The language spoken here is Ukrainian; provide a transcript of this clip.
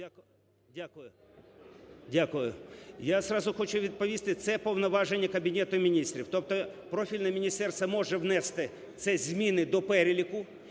Дякую. Я зразу хочу відповісти, це повноваження Кабінету Міністрів. Тобто профільне міністерство може внести ці зміни до переліку